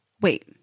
wait